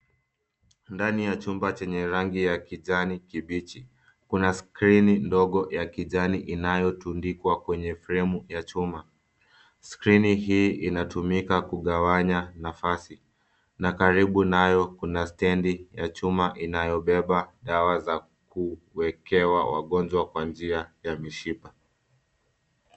Ndani ya chumba chenye rangi ya kijani kibichi, kuna skrini ndogo ya kijani inayotundikwa kwenye fremu ya chuma. Skrini hii inatumika kugawanya nafasi na karibu nayo kuna stendi ya chuma inayobeba dawa za kuwekewa wagonjwa kwa njia ya mishipa.